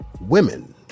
Women